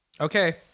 Okay